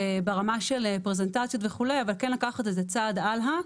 אבל כן לקחת את זה צעד הלאה,